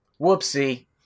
Whoopsie